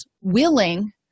willing